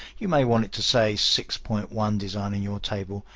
you may want it to say six point one designing your table,